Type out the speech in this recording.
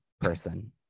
person